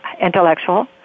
intellectual